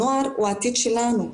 הנוער הוא העתיד שלנו,